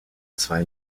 zwei